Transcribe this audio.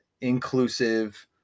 inclusive